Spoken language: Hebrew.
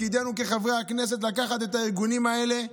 תפקידנו כחברי הכנסת, לקחת את הארגונים האלה,